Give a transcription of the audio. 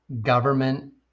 government